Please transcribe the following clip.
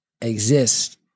exist